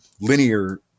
linear